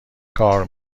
کار